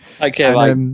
okay